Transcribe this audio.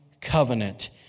covenant